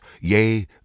yea